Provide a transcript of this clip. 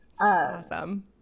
Awesome